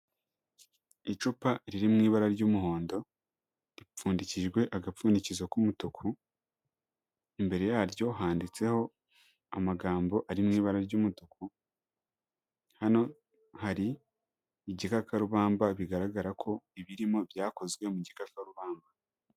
Icupa riri mu ibara ry'umuhondo, ripfundikijwe agapfundikizo k'umutuku, imbere yaryo handitseho amagambo ari mu ibara ry'umutuku. Hano hari igikakarubamba bigaragara ko ibirimo byakozwe mu gikakarubamba.